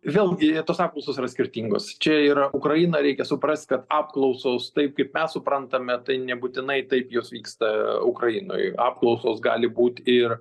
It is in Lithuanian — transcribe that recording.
vėlgi tos apklausos yra skirtingos čia yra ukraina reikia suprast kad apklausos taip kaip mes suprantame tai nebūtinai taip jos vyksta ukrainoj apklausos gali būt ir